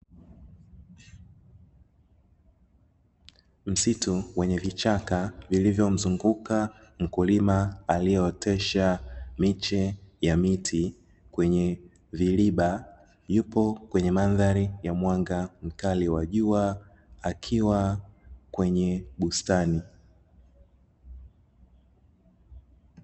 Misitu yenyevichaka iliyozunguka mkulima aliyeotesha miche ya miti kwenye viroba, yupo kwenye mandhari ya mwanga mkali wa jua akiwa kwenye bustani.